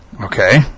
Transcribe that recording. okay